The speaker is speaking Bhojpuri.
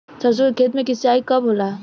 सरसों के खेत मे सिंचाई कब होला?